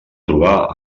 trobar